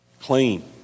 clean